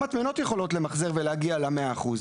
גם מטמנות יכולות למחזר ולהגיע למאה אחוז.